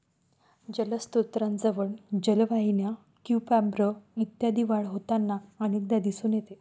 जलस्त्रोतांजवळ जलवाहिन्या, क्युम्पॉर्ब इत्यादींची वाढ होताना अनेकदा दिसून येते